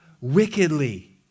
Wickedly